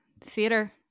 theater